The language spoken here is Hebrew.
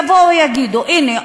יבואו יגידו: הנה,